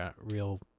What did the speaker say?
real